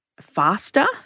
faster